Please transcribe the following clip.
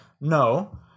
no